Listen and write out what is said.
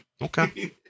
Okay